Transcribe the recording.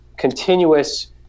continuous